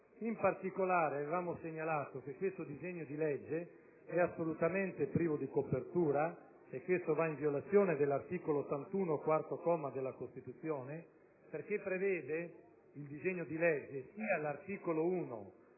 In particolare, avevamo segnalato che questo disegno di legge è assolutamente privo di copertura, e questo è in violazione dell'articolo 81, quarto comma, della Costituzione. Infatti, il disegno di legge prevede all'articolo 1